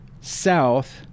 south